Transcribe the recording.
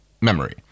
memory